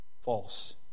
False